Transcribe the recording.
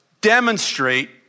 demonstrate